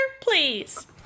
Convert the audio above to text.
please